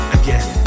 again